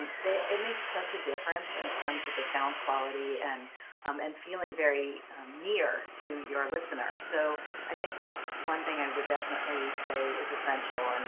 it makes such a difference in terms of the sound quality and and feeling very near to your listener. so i think that's one thing i would definitely say is essential and